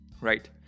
Right